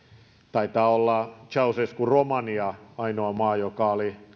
taitaa olla ceausescun romania ainoa maa joka oli